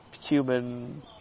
human